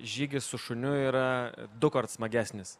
žygis su šuniu yra dukart smagesnis